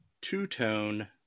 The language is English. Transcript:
two-tone